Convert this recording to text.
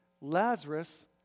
Lazarus